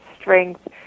strength